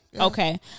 Okay